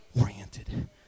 oriented